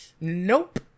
Nope